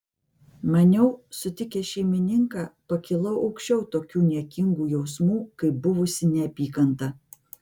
maniau sutikęs šeimininką pakilau aukščiau tokių niekingų jausmų kaip buvusi neapykanta